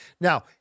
Now